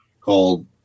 called